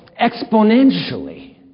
exponentially